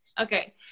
Okay